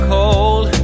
Cold